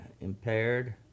impaired